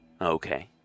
okay